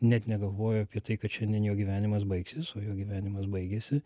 net negalvojo apie tai kad šiandien jo gyvenimas baigsis o jo gyvenimas baigėsi